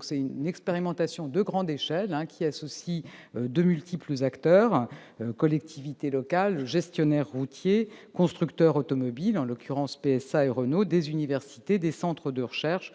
s'agit d'une expérimentation à grande échelle, qui associe de multiples acteurs : collectivités locales, gestionnaires routiers, constructeurs automobiles- en l'occurrence PSA et Renault -, universités, centres de recherche,